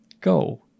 Go